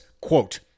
quote